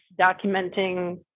documenting